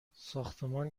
ساختمان